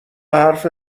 حرف